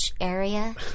area